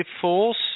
force